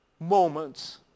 moments